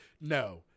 No